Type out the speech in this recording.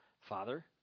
Father